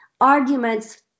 arguments